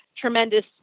tremendous